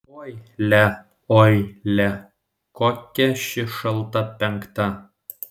oi lia oi lia kokia ši šalta penkta